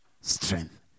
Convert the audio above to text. strength